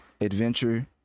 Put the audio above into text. adventure